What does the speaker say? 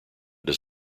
does